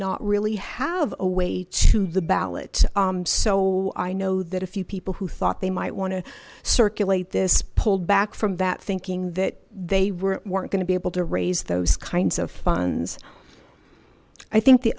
not really have a way to the ballot so i know that a few people who thought they might want to circulate this pulled back from that thinking that they were going to be able to raise those kinds of funds i think the